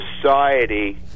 society